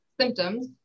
symptoms